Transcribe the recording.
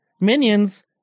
Minions